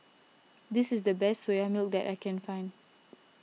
this is the best Soya Milk that I can find